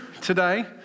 today